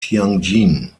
tianjin